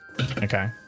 Okay